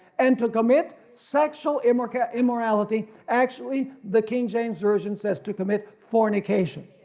and to commit sexual immorality immorality actually the king james version says to commit fornication.